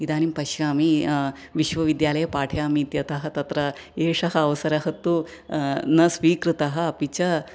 इदानीं पश्यामि विश्वदिद्यालये पाठयामि इत्यतः तत्र एषः अवसरः तु न स्वीकृतः अपि च